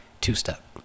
two-step